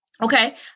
okay